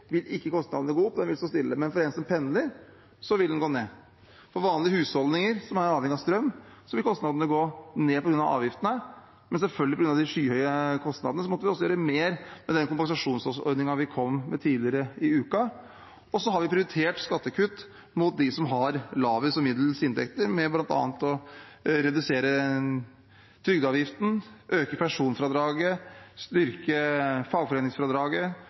som pendler, vil de gå ned. For vanlige husholdninger, som er avhengige av strøm, vil kostnadene gå ned på grunn av avgiftene, men selvfølgelig måtte vi på grunn av de skyhøye kostnadene også gjøre mer, med den kompensasjonsordningen vi kom med tidligere i uka. Så har vi prioritert skattekutt inn mot dem som har lavest og middels inntekter ved bl.a. å redusere trygdeavgiften, øke personfradraget, styrke fagforeningsfradraget,